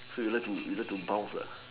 so you like you like to bounce lah